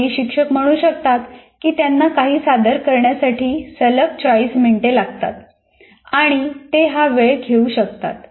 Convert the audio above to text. काही शिक्षक म्हणू शकतात की त्यांना काही सादर करण्यासाठी सलग 40 मिनिटे लागतात आणि ते हा वेळ घेऊ शकतात